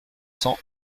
cents